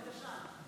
בבקשה.